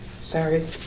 Sorry